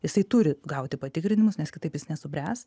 jisai turi gauti patikrinimus nes kitaip jis nesubręs